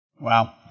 Wow